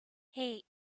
hey